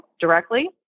directly